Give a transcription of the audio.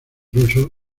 ruso